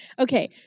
Okay